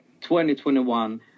2021